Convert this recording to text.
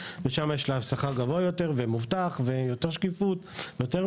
שם יש להם שכר מובטח וגבוה יותר ויותר שקיפות ובהירות,